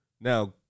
Now